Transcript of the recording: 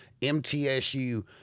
MTSU